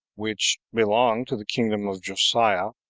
which belonged to the kingdom of josiah,